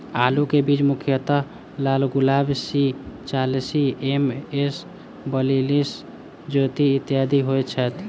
आलु केँ बीज मुख्यतः लालगुलाब, सी चालीस, एम.एस बयालिस, ज्योति, इत्यादि होए छैथ?